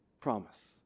promise